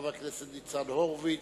חברי הכנסת ניצן הורוביץ,